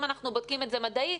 אם אנחנו בודקים את זה מדעית,